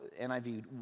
NIV